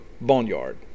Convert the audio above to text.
Boneyard